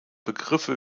begriffe